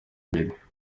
mbere